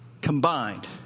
combined